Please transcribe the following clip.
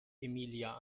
emilia